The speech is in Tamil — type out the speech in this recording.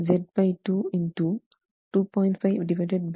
Zz x 2